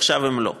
ועכשיו הן לא.